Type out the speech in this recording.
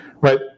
right